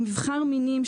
מבחר מינים,